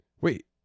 Wait